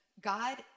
God